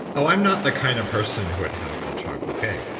oh i'm not the kind of person who would have the chocolate cake.